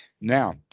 Now